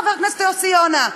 חבר הכנסת יוסי יונה?